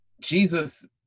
Jesus